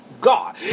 God